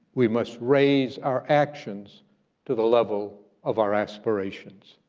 we must raise our actions to the level of our aspirations.